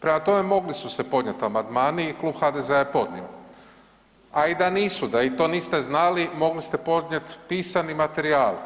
Prema tome mogli su se podnijeti amandmani i Klub HDZ-a je podnio, a i da nisu, da to niste znali mogli ste podnijeti pisani materijal.